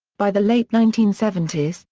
by the late nineteen seventy s,